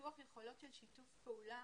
בפיתוח יכולות של שיתוף פעולה